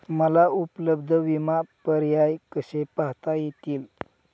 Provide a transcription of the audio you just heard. मला उपलब्ध विमा पर्याय कसे पाहता येतील?